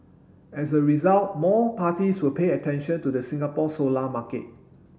as a result more parties will pay attention to the Singapore solar market